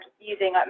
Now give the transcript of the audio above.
using